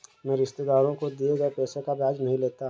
मैं रिश्तेदारों को दिए गए पैसे का ब्याज नहीं लेता